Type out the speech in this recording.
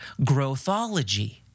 growthology